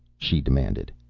she demanded.